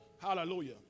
Hallelujah